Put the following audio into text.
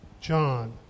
John